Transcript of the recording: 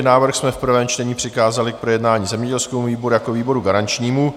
Návrh jsme v prvém čtení přikázali k projednání zemědělskému výboru jako výboru garančnímu.